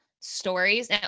stories